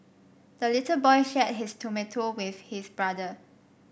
the little boy shared his tomato with his brother